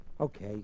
okay